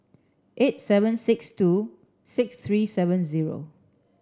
eight seven six two six three seven zero